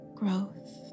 growth